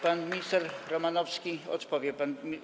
Pan minister Romanowski odpowie panu.